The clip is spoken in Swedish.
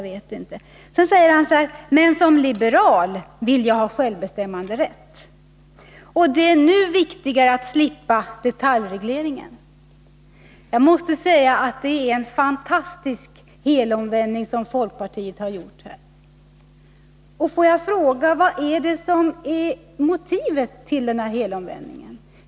Och sedan säger han: ”Men som liberal vill jag ha självbestämmanderätt, och det är nu viktigare att slippa detaljregleringen.” Det är en fantastisk helomvändning som folkpartiet har gjort. Vilket är motivet för den?